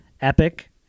epic